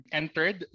entered